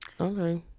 okay